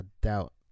doubt